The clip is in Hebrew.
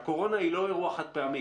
שהקורונה היא לא אירוע חד פעמי.